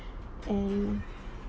and